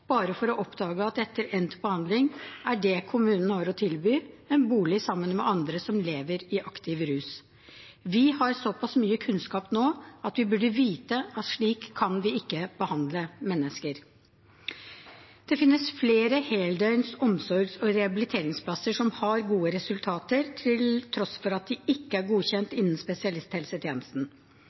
bare for å oppdage at etter endt behandling er det kommunen har å tilby, en bolig sammen med andre som lever i aktiv rus. Vi har såpass mye kunnskap nå at vi burde vite at slik kan vi ikke behandle mennesker. Det finnes flere heldøgns omsorgs- og rehabiliteringsplasser som har gode resultater, til tross for at de ikke er godkjent innen spesialisthelsetjenesten.